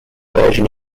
version